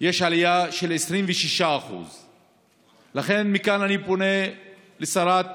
יש עלייה של 26%. לכן מכאן אני פונה לשרת התחבורה: